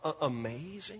amazing